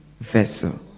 vessel